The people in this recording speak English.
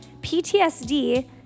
PTSD